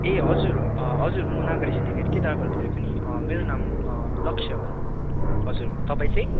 ए हजुर हजुर म नागरी सिन्डिकेटकै ड्राइभर बोलेको नि मेरो नाम लक्ष्य हो नि हजुर तपाईँ चाहिँ